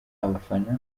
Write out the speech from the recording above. abafana